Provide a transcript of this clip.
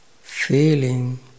feeling